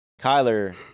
Kyler